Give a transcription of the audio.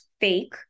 fake